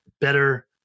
better